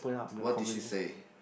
what did she say